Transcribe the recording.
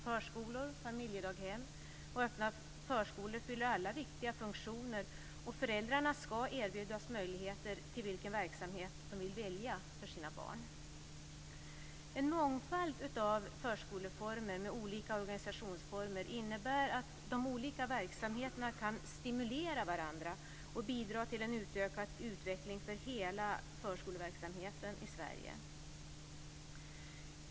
Förskolor, familjedaghem och öppna förskolor fyller alla viktiga funktioner, och föräldrarna skall erbjudas möjligheter att välja verksamhet för sina barn. En mångfald av förskoleformer med olika organisationsformer innebär att de olika verksamheterna kan stimulera varandra och bidra till en utökad utveckling av hela förskoleverksamheten i Sverige.